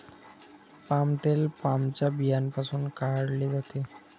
palm तेल पामच्या बियांपासून काढले जाते